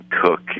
cook